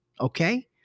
okay